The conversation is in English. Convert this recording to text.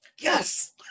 yes